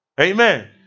Amen